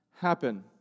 Happen